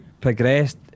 progressed